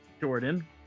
jordan